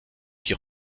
qui